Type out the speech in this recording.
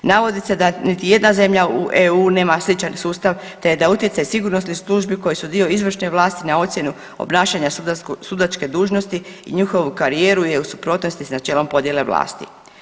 Navodi se da niti jedna zemlje u EU nema sličan sustav te da utjecaj sigurnosnih službi koje dio izvršne vlasti na ocjenu obnašanja sudačke dužnosti i njihovu karijeru je u suprotnosti s načelom podjele vlasti.